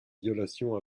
violation